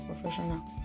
professional